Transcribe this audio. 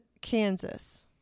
Kansas